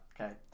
Okay